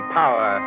power